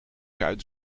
kuit